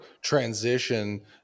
transition